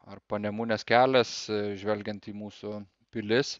ar panemunės kelias žvelgiant į mūsų pilis